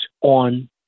on